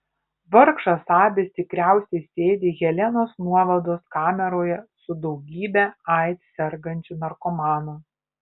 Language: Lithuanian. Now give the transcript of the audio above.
vargšas abis tikriausiai sėdi helenos nuovados kameroje su daugybe aids sergančių narkomanų